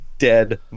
dead